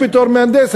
בתור מהנדס,